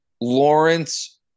Lawrence